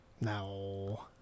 No